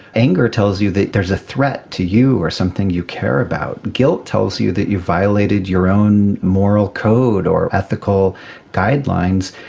anger tells you that there is a threat to you or something you care about, guilt tells you that you violated your own moral code or ethical guidelines,